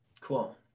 Cool